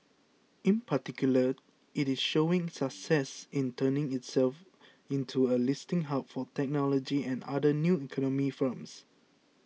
in particular it is showing success in turning itself into a listing hub for technology and other 'new economy' firms